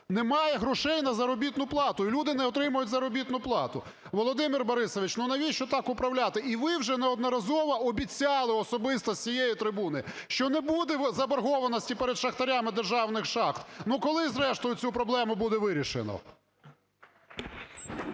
немає грошей на заробітну плату і люди не отримують заробітну плату. Володимир Борисович, ну навіщо так управляти? І ви вже неодноразово обіцяли особисто з цієї трибуни, що не буде заборгованості перед шахтарями державних шахт. Ну, коли зрештою цю проблему буде вирішено?